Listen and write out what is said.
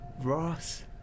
Ross